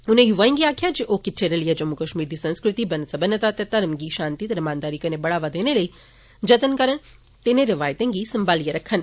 उनें य्वाएं गी आक्खेया जे ओ किट्ठे रलियै जम्मू कश्मीर दी संस्कृति बन्न सबन्नता ते धर्मे गी शांति ते रमानदारी कन्नै बढ़ावा देने लेई जत्न करन ते इनें रिवायतें गी संभालियै रक्खन